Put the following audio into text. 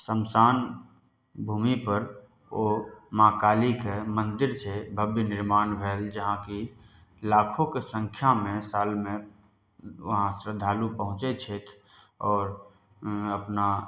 श्मशान भूमि पर ओ माँ कालीके मंदिर छै भव्य निर्माण भेल जहाँ कि लाखोके संख्यामे सालमे वहाँ श्रद्धालु पहुँचै छथि आओर अपना